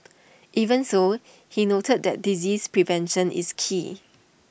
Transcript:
even so he noted that disease prevention is key